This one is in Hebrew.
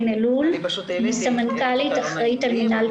אני סמנכ"לית אחראית על מינהל תקון.